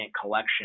collection